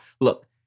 Look